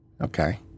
Okay